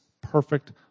perfect